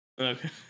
Okay